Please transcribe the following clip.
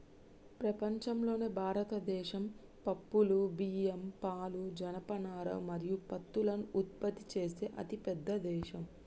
ప్రపంచంలోనే భారతదేశం పప్పులు, బియ్యం, పాలు, జనపనార మరియు పత్తులను ఉత్పత్తి చేసే అతిపెద్ద దేశం